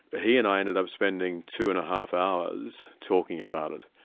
he and i ended up spending two and a half hours talking about it,